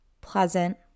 pleasant